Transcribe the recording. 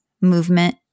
movement